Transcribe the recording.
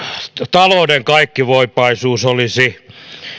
talouden kaikkivoipaisuus olisi